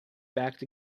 backed